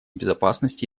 безопасности